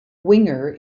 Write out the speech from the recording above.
winger